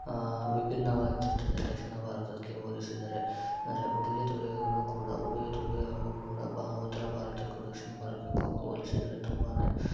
ವಿಭಿನ್ನವಾಗಿರುತ್ತದೆ ದಕ್ಷಿಣ ಭಾರತಕ್ಕೆ ಹೋಲಿಸಿದರೆ ಅಂದರೆ ಉಡುಗೆ ತೊಡುಗೆಗಳು ಕೂಡ ಉಡುಗೆ ತೊಡುಗೆಗಳು ಕೂಡ ಬಾ ಉತ್ತರ ಭಾರತಕ್ಕೂ ದಕ್ಷಿಣ ಭಾರತಕ್ಕೂ ಹೋಲಿಸಿದರೆ ತುಂಬ